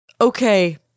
Okay